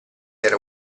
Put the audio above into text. era